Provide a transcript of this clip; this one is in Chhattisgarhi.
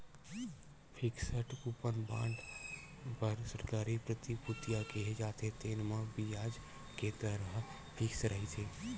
फिक्सड कूपन बांड बर सरकारी प्रतिभूतिया केहे जाथे, तेन म बियाज के दर ह फिक्स रहिथे